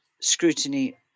scrutiny